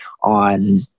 on